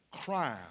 crime